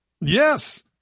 Yes